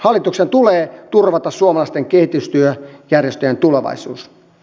hallituksen tulee turvata suomalaisten kehitystyöjärjestöjen tulevaisuus